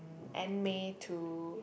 end May to